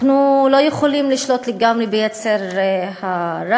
אנחנו לא יכולים לשלוט לגמרי ביצר הרע,